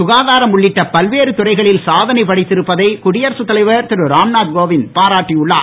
சுகாதாரம்உள்ளிட்ட பல்வேறு துறைகளில் சாதனை படைத்திருப்பதை குடியரசு தலைவர் திரு ராம்நாத் கோவிந்த் பாராட்டி உள்ளார்